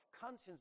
conscience